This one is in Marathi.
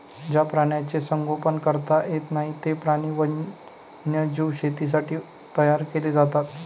ज्या प्राण्यांचे संगोपन करता येत नाही, ते प्राणी वन्यजीव शेतीसाठी तयार केले जातात